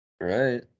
Right